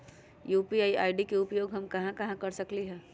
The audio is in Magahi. यू.पी.आई आई.डी के उपयोग हम कहां कहां कर सकली ह?